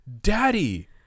Daddy